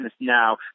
now